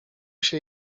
się